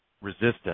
resistance